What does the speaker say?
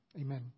Amen